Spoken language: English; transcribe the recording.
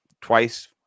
twice